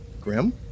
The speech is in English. grim